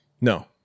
No